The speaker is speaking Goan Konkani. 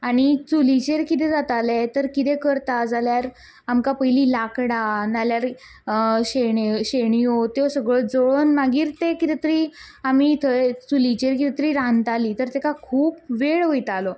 आनी चुलीचेर किदें जातालें किदेंय जर करता जाल्यार आमकां पयलीं लांकडां नाजाल्यार शेणी शेणयो त्यो सगळ्यो जळोवन मागीर तें कितें तरी आमी थंय चुलीचेर कितें तरी रांदताली तर ताका खूब वेळ वयतालो